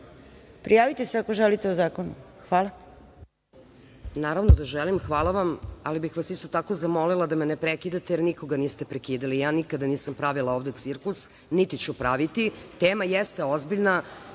nas. Prijavite se, ako želite o zakonu. **Danijela Nestorović** Naravno da želim, ali bih vas isto tako zamolila da me ne prekidate, jer nikoga niste prekidali. Ja nikada nisam pravila ovde cirkus, niti ću praviti. Tema jeste ozbiljna